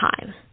time